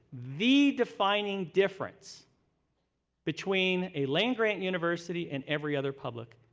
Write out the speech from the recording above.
the defining difference between a land-grant university and every other public.